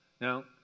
Now